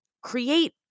create